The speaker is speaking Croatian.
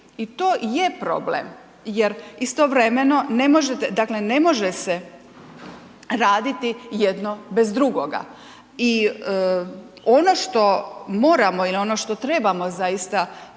i to je problem jer istovremeno ne možete, dakle ne može se raditi jedno bez drugoga. I ono što moramo ili ono što trebamo zaista